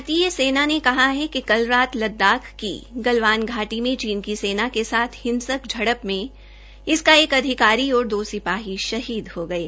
भारतीय सेना ने कहा है कि कल रात लददाख की गलवान घाटी में चीन की सेना के साथ हिसंक झड़प में इसका एक अधिकारी और दो सिपाही शहीद हो गये